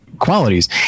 qualities